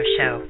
Show